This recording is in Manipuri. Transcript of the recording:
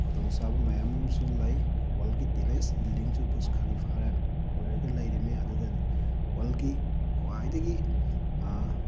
ꯈꯨꯗꯣꯡ ꯆꯥꯕ ꯃꯌꯥꯝ ꯑꯃꯁꯨ ꯂꯩ ꯋꯥꯔꯜꯒꯤ ꯇꯣꯂꯦꯁ ꯕꯤꯜꯗꯤꯡꯁꯨ ꯕꯨꯖ ꯈꯥꯂꯤꯐꯥ ꯑꯣꯏꯔꯒ ꯂꯩꯔꯤꯕꯅꯤ ꯑꯗꯨꯒ ꯋꯥꯔꯜꯒꯤ ꯈ꯭ꯋꯥꯏꯗꯒꯤ